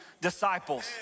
disciples